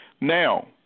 Now